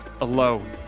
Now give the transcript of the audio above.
alone